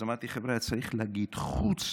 אז אמרתי: חבריא, צריך להגיד, חוץ,